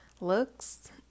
looks